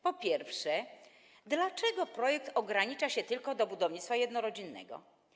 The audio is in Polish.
Po pierwsze, dlaczego projekt ogranicza się tylko do budownictwa jednorodzinnego?